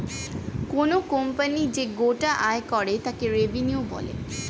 কোনো কোম্পানি যে গোটা আয় করে তাকে রেভিনিউ বলে